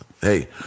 Hey